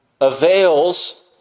avails